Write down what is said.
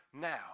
now